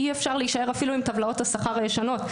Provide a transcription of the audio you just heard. אי אפשר להישאר אפילו עם טבלאות השכר הישנות.